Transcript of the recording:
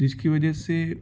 جس کی وجہ سے